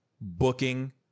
booking